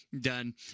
done